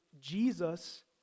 Jesus